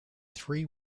three